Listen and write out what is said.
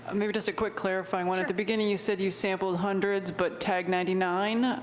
ah maybe just a quick clarifying one. at the beginning you said you sampled hundreds but tagged ninety nine.